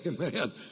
Amen